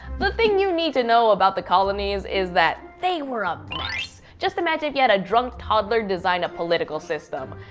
the thing you need to know about the colonies is that they were a mess. just imagine if you had a drunk toddler design a political system,